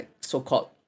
so-called